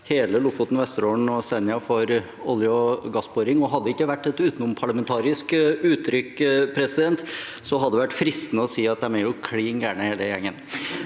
hele Lofoten, Vesterålen og Senja for olje- og gassboring. Hadde det ikke vært et utenomparlamentarisk uttrykk, hadde det vært fristende å si at de er klin gærne, hele gjengen,